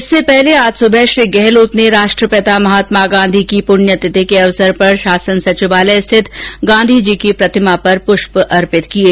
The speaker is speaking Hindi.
इससे पहले आज सुबह श्री गहलोत ने राष्ट्रपिता महात्मा गांधी की पुण्यतिथि के अवसर पर शासन सचिवालय स्थित गाँधी जी की प्रतिमा पर पुष्प अर्पित किये